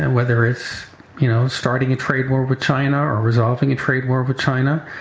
and whether it's you know starting a trade war with china or resolving a trade war with china.